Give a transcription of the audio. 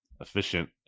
efficient